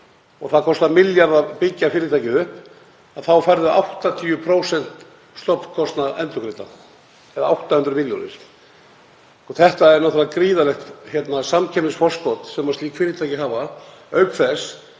og það kostar milljarð að byggja fyrirtækið upp þá færðu 80% stofnkostnað endurgreiddan eða 800 milljónir. Þetta er náttúrlega gríðarlegt samkeppnisforskot sem slík fyrirtæki hafa auk þess